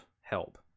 help